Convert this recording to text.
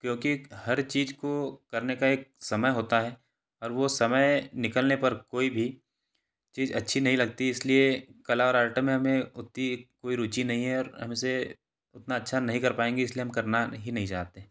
क्योंकि हर चीज़ को करने का एक समय होता है और वो समय निकलने पर कोई भी चीज़ अच्छी नहीं लगती इस लिए कला और आर्ट में हमें ओत्ती कोई रुचि नहीं है और हम इसे उतना अच्छा नहीं कर पाएंगे इस लिए हम करना ही नहीं चाहते